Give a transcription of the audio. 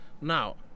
Now